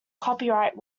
copyright